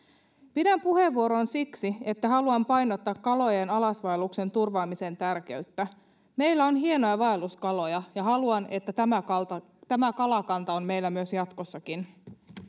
pidän puheenvuoron siksi että haluan painottaa kalojen alasvaelluksen turvaamisen tärkeyttä meillä on hienoja vaelluskaloja ja haluan että tämä kalakanta on meillä myös jatkossakin